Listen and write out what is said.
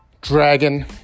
dragon